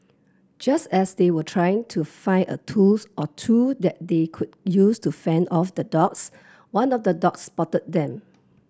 just as they were trying to find a tools or two that they could use to fend off the dogs one of the dogs spotted them